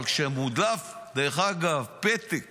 אבל כשמודלף, דרך אגב, פתק